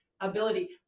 Ability